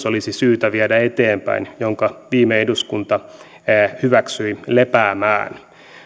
olisi syytä viedä eteenpäin tämä perustuslain muutos jonka viime eduskunta hyväksyi lepäämään